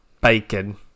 bacon